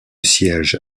siège